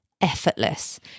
effortless